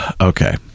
Okay